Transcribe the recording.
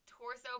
torso